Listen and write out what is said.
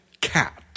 cat